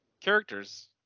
characters